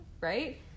right